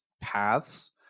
paths